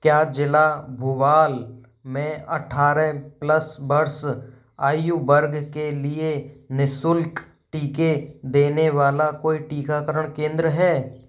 क्या ज़िला भूबाल में अट्ठारह प्लस वर्ष आयु वर्ग के लिए निशुल्क टीके देने वाला कोई टीकाकरण केंद्र हैं